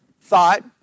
thought